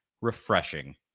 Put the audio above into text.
refreshing